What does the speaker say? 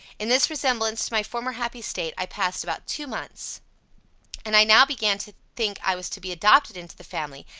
in this resemblance to my former happy state i passed about two months and i now began to think i was to be adopted into the family,